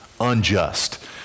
unjust